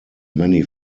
many